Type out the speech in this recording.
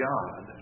God